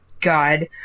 god